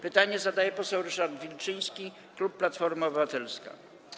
Pytanie zadaje poseł Ryszard Wilczyński, klub Platforma Obywatelska.